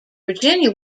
virginia